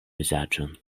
vizaĝon